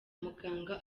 muganga